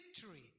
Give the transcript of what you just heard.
victory